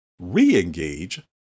re-engage